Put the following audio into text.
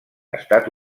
estat